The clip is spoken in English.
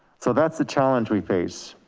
so that's the challenge we face.